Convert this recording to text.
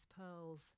pearls